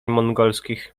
mongolskich